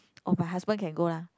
or my husband can go lah